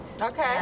Okay